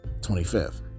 25th